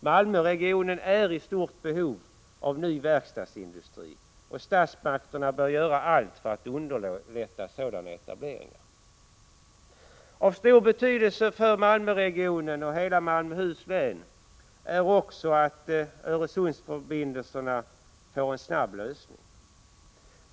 Malmöregionen är i stort behov av ny verkstadsindustri. Statsmakterna bör göra allt för att underlätta sådana etableringar. Av stor betydelse för Malmöregionen och hela Malmöhus län är också att Öresundsförbindelserna får en snabb lösning.